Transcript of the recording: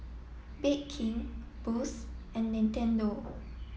Bake King Boost and Nintendo